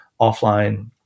offline